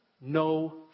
no